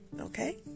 okay